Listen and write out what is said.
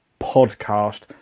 podcast